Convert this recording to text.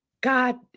god